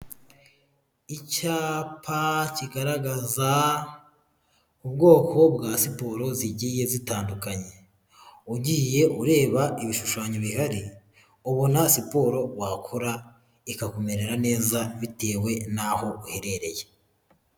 Icyapa kigaragaza ubwoko bwa siporo zigiye zitandukanye, ugiye ureba ibishushanyo bihari, ubona siporo wakora ikakumerera neza bitewe n'aho uherereye.